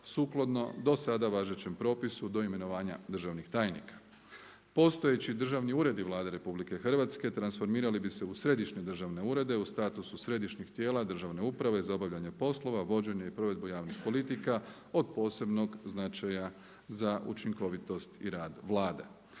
sukladno dosada važećem propisu do imenovanja državnih tajnika. Postojeći državni uredi Vlade Republike Hrvatske transformirali bi se u središnje državne urede u statusu središnjih tijela državne uprave za obavljanje poslova, vođenje i provedbu javnih politika od posebnog značaja za učinkovitost i rad Vlade.